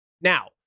Now